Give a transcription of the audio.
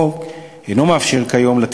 אנחנו עוברים להצעת